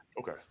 Okay